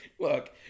Look